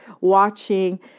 watching